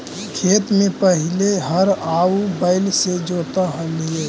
खेत में पहिले हर आउ बैल से जोताऽ हलई